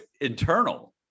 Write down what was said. internal